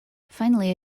finally